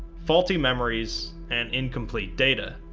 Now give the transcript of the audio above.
faulty memories, and incomplete data.